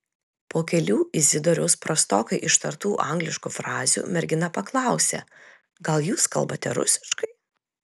po kelių izidoriaus prastokai ištartų angliškų frazių mergina paklausė gal jūs kalbate rusiškai